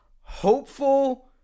hopeful